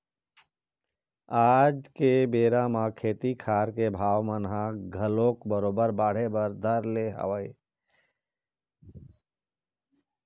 आज के बेरा म खेती खार के भाव मन ह घलोक बरोबर बाढ़े बर धर ले हवय